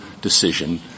decision